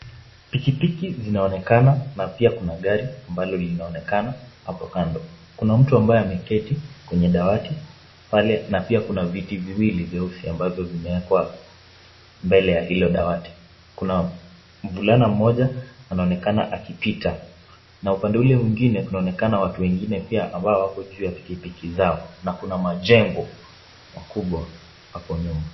Pikipiki zinaonekana na pia kuna gari ambalo linaonekana hapo kando. Kuna mtu ambaye ameketi kwenye dawati, pale na pia kuna viti viwili vyeusi ambavyo vimewekwa mbele ya hilo dawati. Kuna mvulana mmoja anaonekana akipita na upande ule mwingine kunaonekana watu wengine pia ambao wako juu ya pikipiki zao na kuna majengo makubwa hapo nyuma.